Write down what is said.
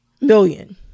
million